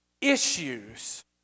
issues